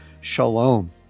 shalom